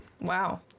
Wow